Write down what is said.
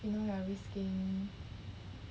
you know you are risking